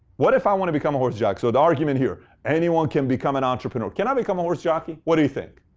what if i want to become a horse jockey? so the argument here anyone can become an entrepreneur. can i become a horse jockey? what do you think?